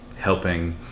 helping